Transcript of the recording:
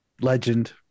Legend